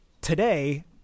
today